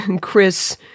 Chris